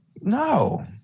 No